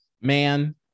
Man